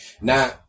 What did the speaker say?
Now